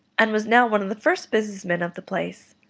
and was now one of the first business men of the place,